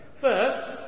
First